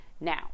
Now